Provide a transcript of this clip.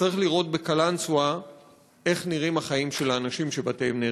צריך לראות בקלנסואה איך נראים החיים של האנשים שבתיהם נהרסו.